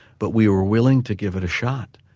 but we were willing to give it a shot.